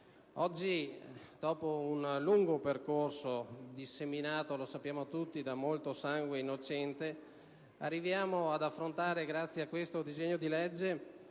Oggi, dopo un lungo percorso disseminato - lo sappiamo tutti - da molto sangue innocente, arriviamo ad affrontare, grazie a questo disegno di legge,